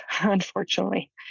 unfortunately